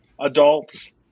adults